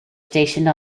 stationed